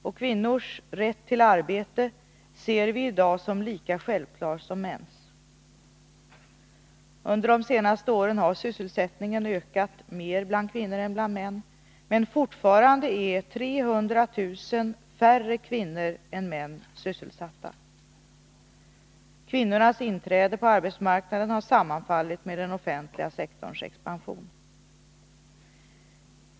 Och kvinnors rätt till arbete ser vi i dag som lika självklar som mäns. Under de senaste åren har sysselsättningen ökat mer bland kvinnor än bland män, men fortfarande är 300 000 färre kvinnor än män sysselsatta. Kvinnornas inträde på arbetsmarknaden har sammanfallit med den offentliga sektorns expansion.